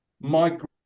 migration